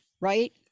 right